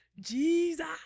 Jesus